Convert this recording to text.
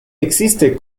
existe